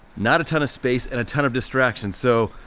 not a ton of space and a ton of distractions. so,